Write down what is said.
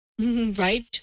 Right